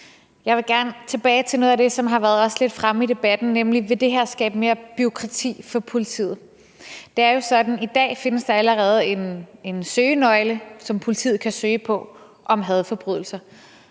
Jeg vil gerne tilbage til noget af det, som også har været lidt fremme i debatten, nemlig om det her vil skabe mere bureaukrati for politiet. Det er jo sådan, at der allerede i dag findes en søgenøgle, som politiet kan søge på om hadforbrydelser,